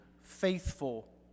faithful